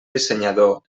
dissenyador